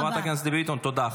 חברת הכנסת ביטון, תודה.